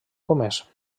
comès